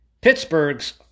Pittsburgh's